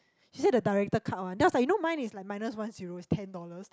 she say the director cut one that was like you know mine is like minus one zero is ten dollars